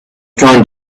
trying